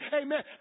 amen